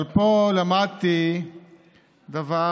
אבל פה למדתי דבר,